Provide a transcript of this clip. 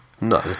No